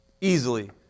easily